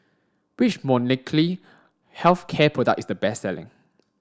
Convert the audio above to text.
which Molnylcke health care product is the best selling